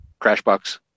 Crashbox